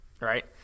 Right